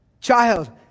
Child